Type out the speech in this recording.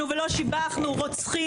אנחנו לא היללנו ולא שבחנו רוצחים,